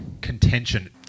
contention